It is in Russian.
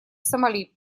сомали